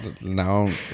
now